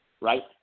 right